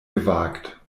gewagt